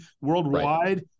Worldwide